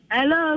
Hello